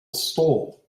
stall